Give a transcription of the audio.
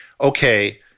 okay